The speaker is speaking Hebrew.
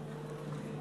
בבקשה,